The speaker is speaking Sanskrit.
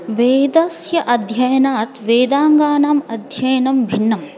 वेदस्य अध्ययनात् वेदाङ्गानाम् अध्ययनं भिन्नम्